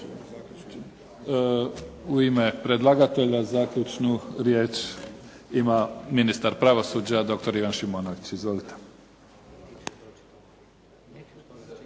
U ime predlagatelja završnu riječ ima ministar pravosuđa doktor Ivan Šimonović. Izvolite.